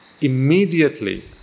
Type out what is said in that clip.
immediately